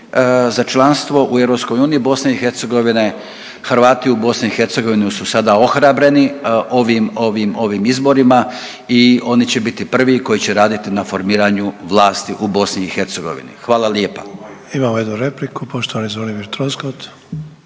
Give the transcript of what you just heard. za članstvo u EU BiH. Hrvati u BiH su sada ohrabreni ovim izborima i oni će biti prvi koji će raditi na formiranju vlasti u BiH. Hvala lijepa.